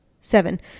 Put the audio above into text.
Seven